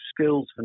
skills